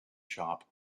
shop